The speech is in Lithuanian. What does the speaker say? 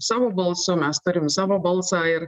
savo balsu mes turim savo balsą ir